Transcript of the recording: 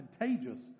contagious